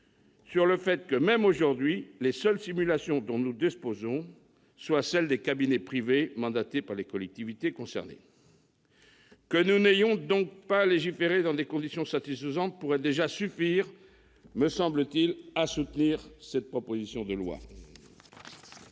sur le fait qu'aujourd'hui encore, les seules simulations dont nous disposons sont celles qui émanent des cabinets privés mandatés par les collectivités concernées. Que nous n'ayons donc pas légiféré dans des conditions satisfaisantes pourrait déjà suffire, me semble-t-il, à justifier notre soutien à cette proposition de loi.